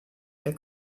der